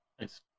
Nice